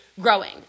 growing